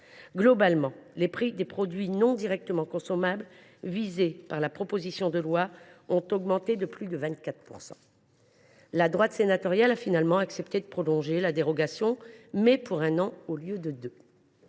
Globalement, les prix des produits non directement consommables visés par la proposition de loi ont augmenté de plus de 24 %. La droite sénatoriale a finalement accepté de prolonger la dérogation, mais pour un an au lieu de deux.